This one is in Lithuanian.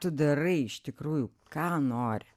tu darai iš tikrųjų ką nori